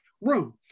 room